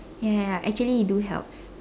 ya ya ya actually it do helps